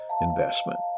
Investment